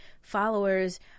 followers